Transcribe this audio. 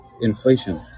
Inflation